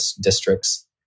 district's